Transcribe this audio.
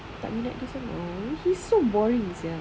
tak minat dia sangat he's so boring sia